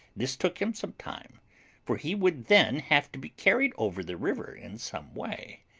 this took him some time for he would then have to be carried over the river in some way.